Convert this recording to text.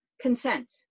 consent